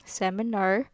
seminar